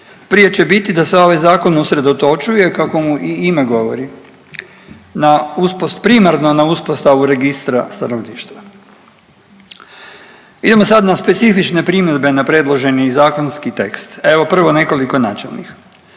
Prije će biti da se ovaj zakon usredotočuje kako mu i ime govori na, primarno na uspostavu registra stanovništva. Idemo sad na specifične primjedbe na predloženi zakonski tekst. Evo prvo nekoliko načelnih.